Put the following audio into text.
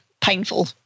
painful